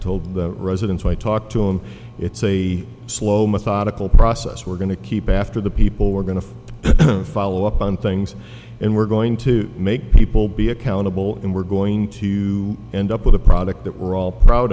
told the residents i talked to him it's a slow methodical process we're going to keep after the people we're going to follow up on things and we're going to make people be accountable and we're going to end up with a product that we're all proud